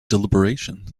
deliberation